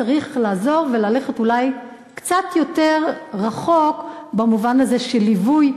צריך לעזור וללכת אולי קצת יותר רחוק במובן הזה של ליווי